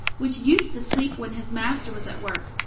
which used to sleep when his master was at work,